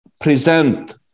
present